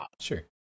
Sure